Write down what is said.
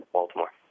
Baltimore